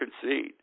concede